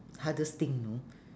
hardest thing you know